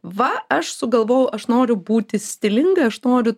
va aš sugalvojau aš noriu būti stilinga aš noriu